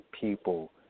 people